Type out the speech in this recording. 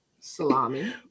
Salami